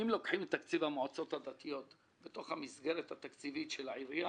אם לוקחים את תקציב המועצות הדתיות בתוך המסגרת התקציבית של העירייה,